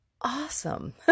awesome